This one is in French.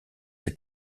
que